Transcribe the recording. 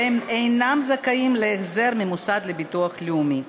והם אינם זכאים להחזר מהמוסד לביטוח לאומי.